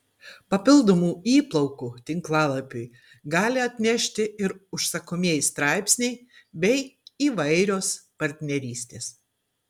papildomų įplaukų tinklalapiui gali atnešti ir užsakomieji straipsniai bei įvairios partnerystės